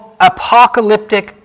apocalyptic